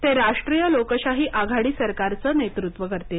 ते राष्ट्रीय लोकशाही आघाडी सरकारचं नेतृत्व करतील